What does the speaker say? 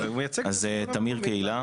אז הוא מייצג את השלטון המקומי.